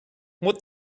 would